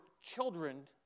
children